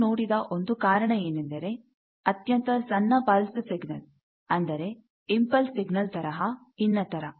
ನಾವು ನೋಡಿದ ಒಂದು ಕಾರಣ ಏನೆಂದರೆ ಅತ್ಯಂತ ಸಣ್ಣ ಪಲ್ಸ್ ಸಿಗ್ನಲ್ ಅಂದರೆ ಇಂಪಲ್ಸ್ ಸಿಗ್ನಲ್ ತರಹ ಇನ್ನಿತರ